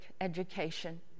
education